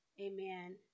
amen